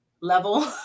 level